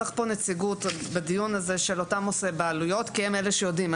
צריך פה נציגות של אותם נושאי בעלויות כי הם אלה שיודעים.